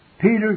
Peter